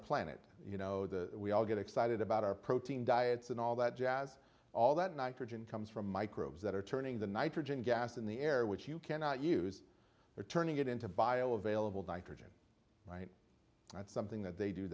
planet you know the we all get excited about our protein diets and all that jazz all that nitrogen comes from microbes that are turning the nitrogen gas in the air which you cannot use or turning it into bio available doctrine right that's something that they do